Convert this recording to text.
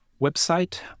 website